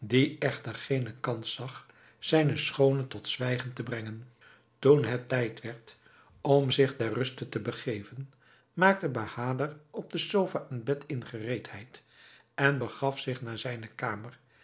echter geene kans zag zijne schoone tot zwijgen te brengen toen het tijd werd om zich ter ruste te begeven maakte bahader op de sofa een bed in gereedheid en begaf zich naar zijne kamer